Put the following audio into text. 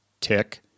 Tick